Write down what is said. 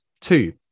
two